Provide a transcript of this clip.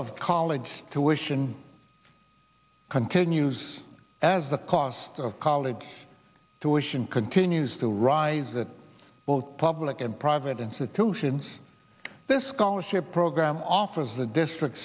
of college tuition continues as the cost of college tuition continues to rise that both public and private institutions this scholarship program offers the district